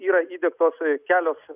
yra įdiegtos kelios